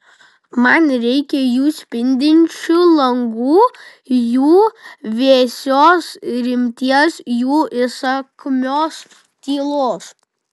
man reikia jų spindinčių langų jų vėsios rimties jų įsakmios tylos